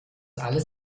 alles